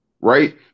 Right